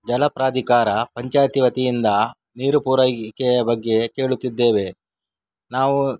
ಜಲಪ್ರಾಧಿಕಾರ ಪಂಚಾಯಿತಿ ವತಿಯಿಂದ ನೀರು ಪೂರೈಕೆಯ ಬಗ್ಗೆ ಕೇಳುತ್ತಿದ್ದೇವೆ ನಾವು